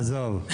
עזוב,